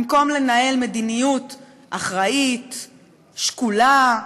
במקום לנהל מדיניות אחראית, שקולה,